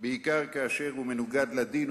בעיקר כאשר הוא מנוגד לדין,